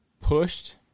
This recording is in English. pushed